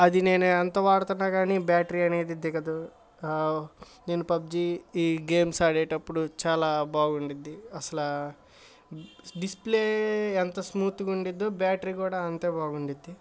అది నేను ఎంత వాడతన్నా కాని బ్యాటరీ అనేది దిగదు నేను పబ్జి ఈ గేమ్స్ ఆడేటప్పుడు చాలా బాగుండుద్ధి అసలా డిస్ప్లే ఎంత స్మూత్గా ఉండిద్దో బ్యాటరీ కూడా అంతే బాగుండుద్ది